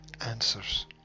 answers